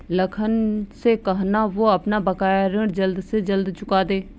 लखन से कहना, वो अपना बकाया ऋण जल्द से जल्द चुका दे